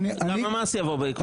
גם המס יבוא בהמשך.